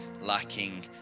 lacking